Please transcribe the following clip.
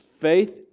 faith